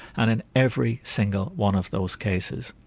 and in every single one of those cases,